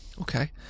Okay